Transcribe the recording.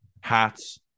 Hats